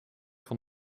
van